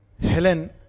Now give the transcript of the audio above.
Helen